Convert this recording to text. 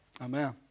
Amen